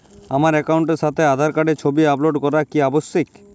আমার অ্যাকাউন্টের সাথে আধার কার্ডের ছবি আপলোড করা কি আবশ্যিক?